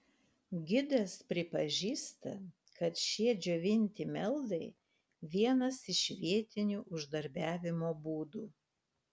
gidas pripažįsta kad šie džiovinti meldai vienas iš vietinių uždarbiavimo būdų